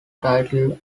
title